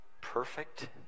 perfect